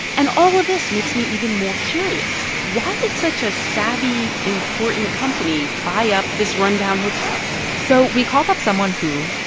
and all of this makes me even more curious. why did such a savvy, important company buy up this run-down hotel? so we called up someone who,